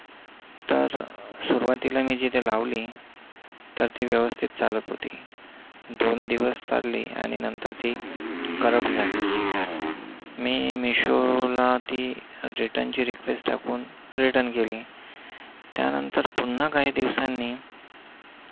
तर सुरवातीला मी जिथे लावली तर ती व्यवस्थित चालत होती दोन दिवस चालली आणि नंतर ती करप्ट झाली मी मिशोला ती रिटर्नची रिक्वेस्ट टाकून रिटर्न केली त्यानंतर पुन्हा काही दिवसांनी